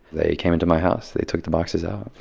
they came into my house. they took the boxes out.